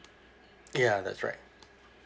ya that's right